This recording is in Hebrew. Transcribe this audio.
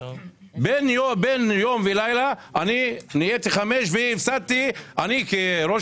בן לילה אני ואשתי מפסידים בשנה כ-20